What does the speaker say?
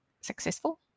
successful